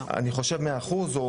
אני חושב ש-100%.